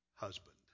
husband